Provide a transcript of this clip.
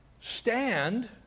stand